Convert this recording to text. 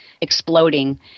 exploding